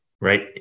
right